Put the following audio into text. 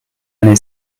eine